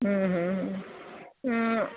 ಹ್ಞೂ ಹ್ಞೂ ಹ್ಞೂ ಹ್ಞೂ